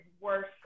worse